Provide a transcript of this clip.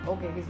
Okay